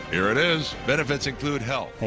here it is. benefits include health,